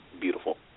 beautiful